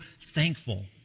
thankful